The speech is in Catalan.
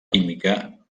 química